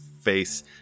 face